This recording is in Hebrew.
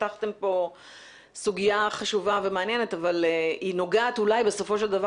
פתחתם פה סוגיה חשובה ומעניינת אבל היא נוגעת אולי בסופו של דבר